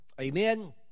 amen